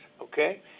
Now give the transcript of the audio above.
okay